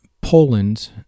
Poland